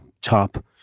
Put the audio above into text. top